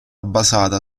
basata